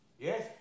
Yes